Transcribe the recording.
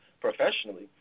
professionally